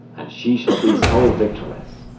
and she shall be sole victoress,